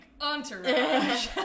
Entourage